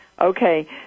Okay